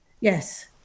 yes